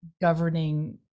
governing